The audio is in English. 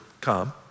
come